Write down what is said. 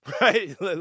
right